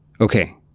Okay